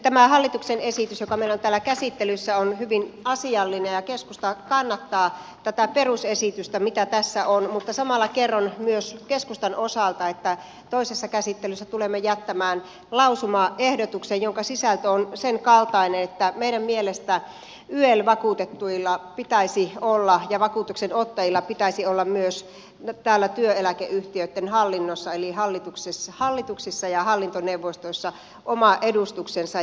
tämä hallituksen esitys joka meillä on täällä käsittelyssä on hyvin asiallinen ja keskusta kannattaa tätä perusesitystä mikä tässä on mutta samalla kerron myös keskustan osalta että toisessa käsittelyssä tulemme jättämään lausumaehdotuksen jonka sisältö on sen kaltainen että meidän mielestämme yel vakuutetuilla ja vakuutuksenottajilla pitäisi olla myös täällä työeläkeyhtiöitten hallinnossa eli hallituksissa ja hallintoneuvostoissa oma edustuksensa